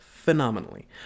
phenomenally